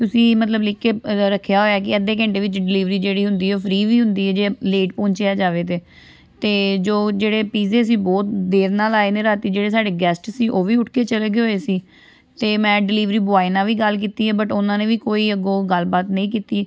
ਤੁਸੀਂ ਮਤਲਬ ਲਿਖ ਕੇ ਰ ਰੱਖਿਆ ਹੋਇਆ ਕਿ ਅੱਧੇ ਘੰਟੇ ਵਿੱਚ ਡਿਲੀਵਰੀ ਜਿਹੜੀ ਹੁੰਦੀ ਹੈ ਉਹ ਫਰੀ ਵੀ ਹੁੰਦੀ ਹੈ ਜੇ ਲੇਟ ਪਹੁੰਚਿਆ ਜਾਵੇ ਤਾਂ ਅਤੇ ਜੋ ਜਿਹੜੇ ਪੀਜ਼ੇ ਸੀ ਬਹੁਤ ਦੇਰ ਨਾਲ ਆਏ ਨੇ ਰਾਤ ਜਿਹੜੇ ਸਾਡੇ ਗੈਸਟ ਸੀ ਉਹ ਵੀ ਉੱਠ ਕੇ ਚਲੇ ਗਏ ਹੋਏ ਸੀ ਅਤੇ ਮੈਂ ਡਿਲੀਵਰੀ ਬੋਆਏ ਨਾਲ ਵੀ ਗੱਲ ਕੀਤੀ ਹੈ ਬਟ ਉਹਨਾਂ ਨੇ ਵੀ ਕੋਈ ਅੱਗੋਂ ਗੱਲਬਾਤ ਨਹੀਂ ਕੀਤੀ